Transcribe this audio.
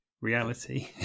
reality